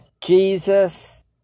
Jesus